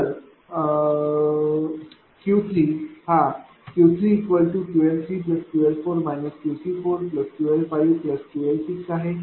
तर Q3हाQ3QL3QL4 QC4QL5QL6 आहे